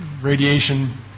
radiation